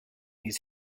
his